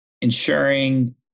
ensuring